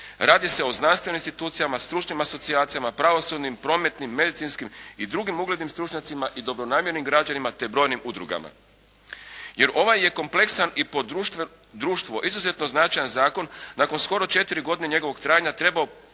Radi se o znanstvenim institucijama, stručnim asocijacijama, pravosudnim, prometnim, medicinskim i drugim uglednim stručnjacima i dobronamjernim građanima te brojnim udrugama. Jer ovaj je kompleksan i po društvo izuzetno značajan zakon nakon skoro četiri godine njegovo trajanja trebao